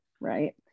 Right